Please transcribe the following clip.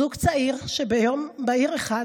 זוג צעיר שביום בהיר אחד